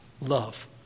love